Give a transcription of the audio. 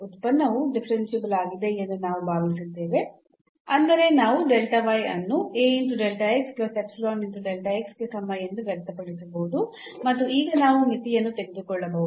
ಉತ್ಪನ್ನವು ಡಿಫರೆನ್ಸಿಬಲ್ ಆಗಿದೆ ಎಂದು ನಾವು ಭಾವಿಸಿದ್ದೇವೆ ಅಂದರೆ ನಾವು ಅನ್ನು ಗೆ ಸಮ ಎಂದು ವ್ಯಕ್ತಪಡಿಸಬಹುದು ಮತ್ತು ಈಗ ನಾವು ಮಿತಿಯನ್ನು ತೆಗೆದುಕೊಳ್ಳಬಹುದು